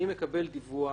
אני מקבל דיווח.